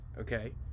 okay